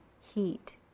heat